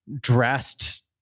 dressed